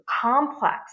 complex